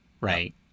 right